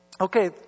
Okay